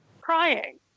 crying